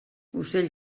ocell